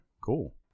Cool